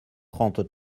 trente